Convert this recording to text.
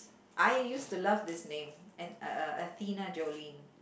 I used to love this name an a a Athena Jolene